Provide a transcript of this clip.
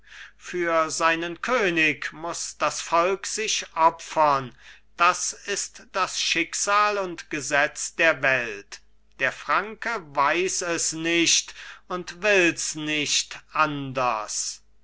für seinen könig muß das volk sich opfern das ist das schicksal und gesetz der welt der franke weiß es nicht und wills nicht anders